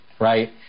Right